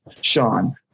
Sean